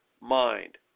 mind